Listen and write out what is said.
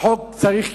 החוק כן צריך לעבור,